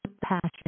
passion